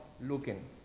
looking